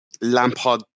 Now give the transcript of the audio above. Lampard